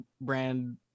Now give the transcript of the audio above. brand